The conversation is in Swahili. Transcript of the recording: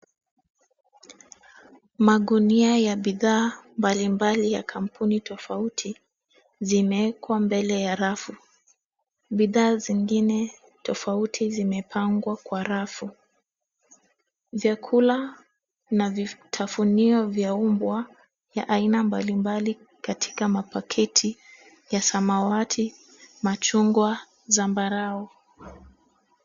Magunia ya bidhaa mbalimbali ya kampuni tofauti zimewekwa mbele ya rafu. Bidhaa zingine tofauti zimepangwa kwa rafu vyakula na vitafunio vya mbwa ya aina mbalimbali katika mapaketi ya samawati, machungwa, zambarau.